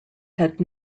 had